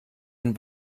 den